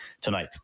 tonight